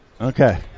Okay